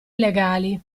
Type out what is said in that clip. illegali